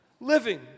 living